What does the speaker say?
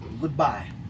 Goodbye